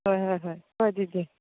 ꯍꯣꯏ ꯍꯣꯏ ꯍꯣꯏ ꯀꯣ ꯑꯗꯨꯗꯤ